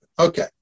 Okay